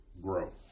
Grow